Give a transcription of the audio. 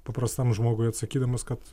paprastam žmogui atsakydamas kad